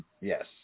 Yes